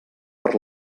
per